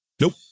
Nope